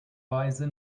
weise